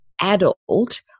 adult-